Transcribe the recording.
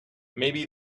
maybe